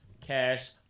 cash